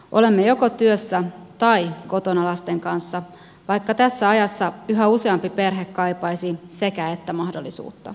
olemme joko työssä tai kotona lasten kanssa vaikka tässä ajassa yhä useampi perhe kaipaisi sekäettä mahdollisuutta